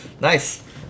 Nice